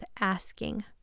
asking